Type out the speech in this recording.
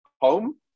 home